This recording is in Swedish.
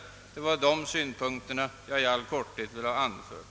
Herr talman! Det var dessa synpunkter jag i all korthet ville anföra.